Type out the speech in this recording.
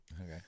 Okay